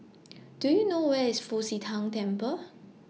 Do YOU know Where IS Fu Xi Tang Temple